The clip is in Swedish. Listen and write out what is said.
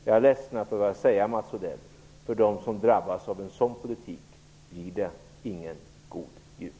Jag är ledsen, Mats Odell, att behöva säga att för dem som drabbas av en sådan politik blir det ingen god jul.